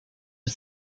are